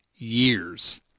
years